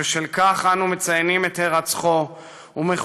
ובשל כך אנו מציינים את הירצחו ומחויבים